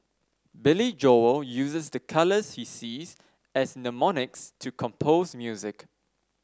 Billy Joel uses the colours he sees as mnemonics to compose music